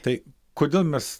tai kodėl mes